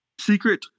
secret